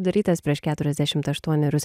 darytas prieš keturiasdešimt aštuonerius